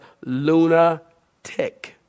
lunatic